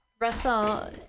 russell